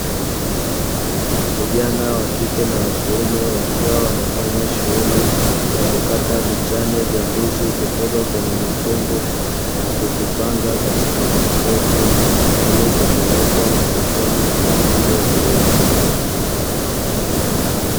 Vijana wa kike na wa kiume wakiwa wanafanya shughuli ya kukata vichane vya ndizi kutoka kwenye mikungu na kuvipanga katika makreti, ili kupeleka sokoni kuuza.